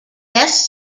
best